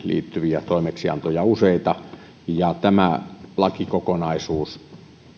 liittyviä toimeksiantoja useita tämä lakikokonaisuus